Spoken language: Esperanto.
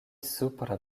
supra